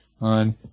on